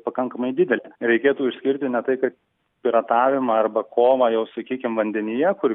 pakankamai didelį reikėtų išskirti ne tai kad piratavimą arba kova jau sakykim vandenyje kur